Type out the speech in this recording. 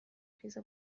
خیز